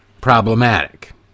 problematic